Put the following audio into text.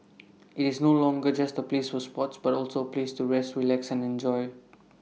IT is no longer just A place for sports but also A place to rest relax and enjoy